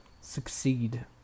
succeed